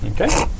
Okay